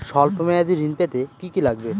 সল্প মেয়াদী ঋণ পেতে কি কি লাগবে?